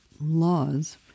laws